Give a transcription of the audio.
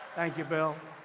thank you, bill.